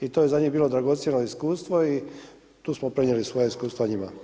I to je za njih bilo dragocjeno iskustvo i tu smo prenijeli svoja iskustva njima.